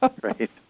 right